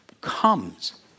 comes